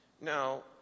Now